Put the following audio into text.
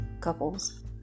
couples